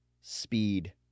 speed